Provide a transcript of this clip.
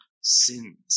sins